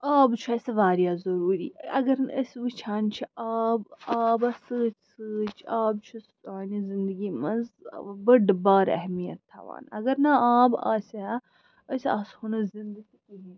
آب چھُ اسہِ واریاہ ضروٗری اگر نہٕ أسۍ وُچھان چھِ آب آبَس سۭتۍ سۭتۍ چھُ آب چھُ سانہِ زنٛدگی منٛز ٲں بٔڑ بارٕ اہمیت تھاوان اَگر نہٕ آب آسہِ ہا أسۍ آسہٕ ہاو نہٕ زنٛدٕ تہِ کِہیٖنۍ